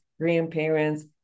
grandparents